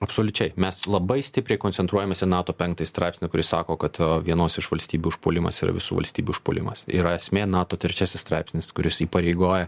absoliučiai mes labai stipriai koncentruojamės į nato penktąjį straipsnį kuris sako kad vienos iš valstybių užpuolimas yra visų valstybių užpuolimas yra esmė nato trečiasis straipsnis kuris įpareigoja